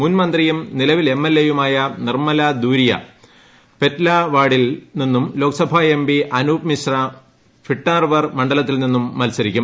മുൻമന്ത്രിയും നിലവിൽ M L എയുമായ Nirmala ദൂരിയ പെറ്റ്ലാവാഡിൽ നിന്നും Lok Sabha M P Anoop Mishra ഭിട്ടാർവർ മണ്ഡലത്തിൽ നിന്നും മത്സരിക്കും